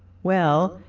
well,